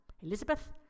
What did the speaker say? Elizabeth